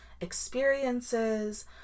experiences